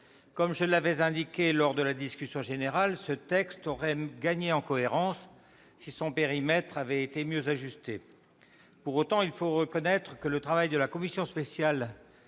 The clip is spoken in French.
comme je l'avais indiqué lors de la discussion générale, ce texte aurait gagné en cohérence, si son périmètre avait été mieux ajusté. Pour autant, il faut reconnaître que le travail de la commission spéciale